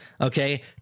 okay